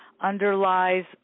underlies